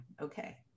Okay